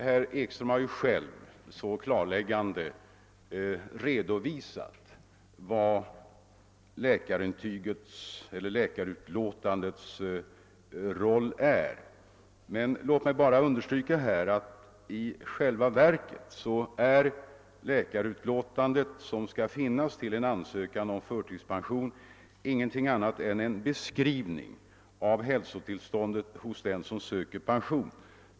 Herr Ekström har redan på ett klarläggande sätt redovisat vad meningen med läkarintyget är, men låt mig få understryka att det läkarutlåtande som skall fogas till en ansökan om förtidspension är ingenting annat än en beskrivning av hälsotillståndet hos den som söker pension.